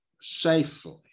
safely